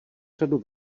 řadu